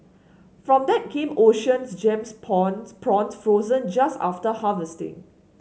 from that came Oceans Gems prawns frozen just after harvesting